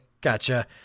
gotcha